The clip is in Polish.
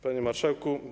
Panie Marszałku!